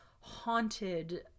haunted